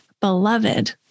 beloved